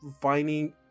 finding